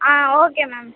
ah okay ma'am